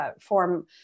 form